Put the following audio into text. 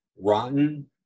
rotten